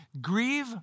Grieve